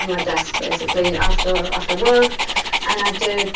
on my desk basically after after work and i did